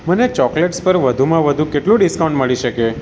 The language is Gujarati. મને ચોકલેટ્સ પર વધુમાં વધુ કેટલું ડિસ્કાઉન્ટ મળી શકે